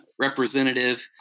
Representative